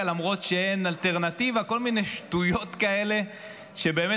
למרות שאין אלטרנטיבה כל מיני שטויות כאלה שבאמת,